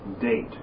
date